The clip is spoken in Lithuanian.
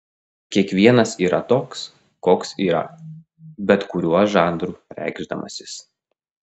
kiekvienas yra toks koks yra bet kuriuo žanru reikšdamasis